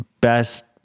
best